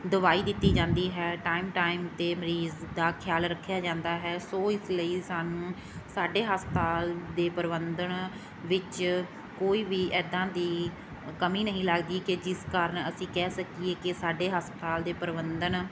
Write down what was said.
ਦਵਾਈ ਦਿੱਤੀ ਜਾਂਦੀ ਹੈ ਟਾਈਮ ਟਾਈਮ 'ਤੇ ਮਰੀਜ਼ ਦਾ ਖਿਆਲ ਰੱਖਿਆ ਜਾਂਦਾ ਹੈ ਸੋ ਇਸ ਲਈ ਸਾਨੂੰ ਸਾਡੇ ਹਸਪਤਾਲ ਦੇ ਪ੍ਰਬੰਧਨ ਵਿੱਚ ਕੋਈ ਵੀ ਇੱਦਾਂ ਦੀ ਕਮੀ ਨਹੀਂ ਲੱਗਦੀ ਕਿ ਜਿਸ ਕਾਰਨ ਅਸੀਂ ਕਹਿ ਸਕੀਏ ਕਿ ਸਾਡੇ ਹਸਪਤਾਲ ਦੇ ਪ੍ਰਬੰਧਨ